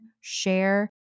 share